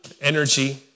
energy